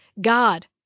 God